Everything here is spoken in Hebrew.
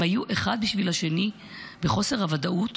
הם היו אחד בשביל השני בחוסר הוודאות